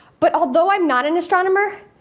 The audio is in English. but although i'm not an astronomer,